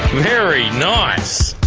very nice.